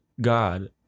God